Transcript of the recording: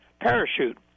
parachute